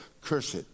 Cursed